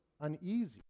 uneasy